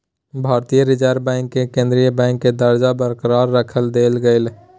भारतीय reserve bank के केंद्रीय बैंक के दर्जा बरकरार रख देल गेलय